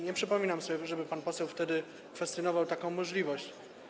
Nie przypominam sobie, żeby pan poseł wtedy kwestionował taką możliwość.